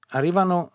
Arrivano